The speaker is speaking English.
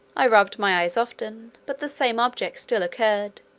i rubbed my eyes often, but the same objects still occurred.